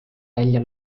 välja